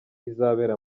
izabera